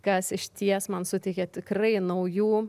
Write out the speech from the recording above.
kas išties man suteikė tikrai naujų